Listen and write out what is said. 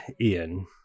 Ian